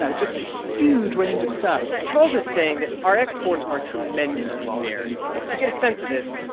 so just a huge range of stuff charles is saying that our exports are tremendously varied. and to get a sense of this,